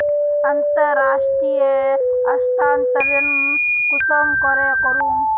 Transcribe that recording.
अंतर्राष्टीय स्थानंतरण कुंसम करे करूम?